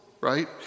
right